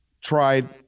Tried